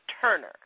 Turner